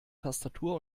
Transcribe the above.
tastatur